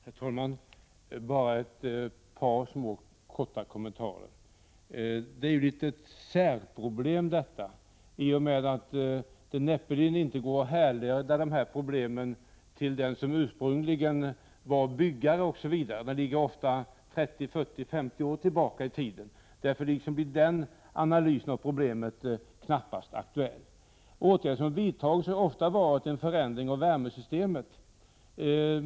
Herr talman! Bara ett par korta kommentarer. Detta är ju något av ett särproblem i och med att det näppeligen går att härleda sådant här till den ursprunglige byggaren osv. Ofta får man gå 30, 40 eller 50 år tillbaka i tiden. Därför blir en sådan analys av problemet knappast aktuell. Vidtagna åtgärder har ofta bestått i en förändring av värmesystemet.